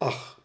ach